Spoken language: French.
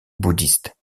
bouddhiste